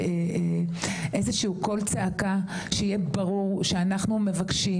איזשהו קול צעקה שיהיה ברור שאנחנו מבקשים,